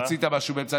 רצית משהו באמצע?